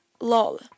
LOL